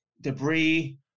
debris